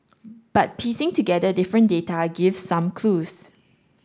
but piecing together different data gives some clues